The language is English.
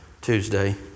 Tuesday